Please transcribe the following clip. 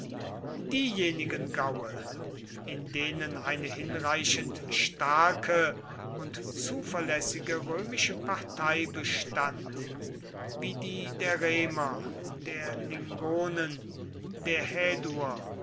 diejenigen gaue in denen eine hinreichend starke und zuverlässige römische partei bestand wie die der remer der lingonen der